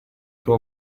tuo